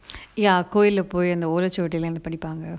ya kue lupis in order to demand a pretty mian